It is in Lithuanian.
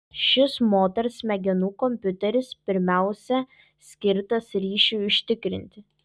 šis moters smegenų kompiuteris pirmiausia skirtas ryšiui užtikrinti